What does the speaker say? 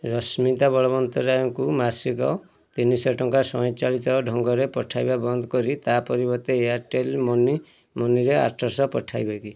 ରଶ୍ମିତା ବଳବନ୍ତରାୟଙ୍କୁ ମାସିକ ତିନିଶହ ଟଙ୍କା ସ୍ୱୟଂ ଚାଳିତ ଢଙ୍ଗରେ ପଠାଇବା ବନ୍ଦ କରି ତା ପରିବର୍ତ୍ତେ ଏୟାର୍ଟେଲ୍ ମନି ମନିରେ ଆଠଶହ ପଠାଇବେ କି